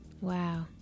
Wow